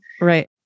Right